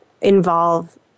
involve